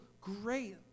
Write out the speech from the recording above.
great